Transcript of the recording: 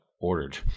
ordered